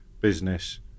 business